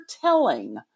telling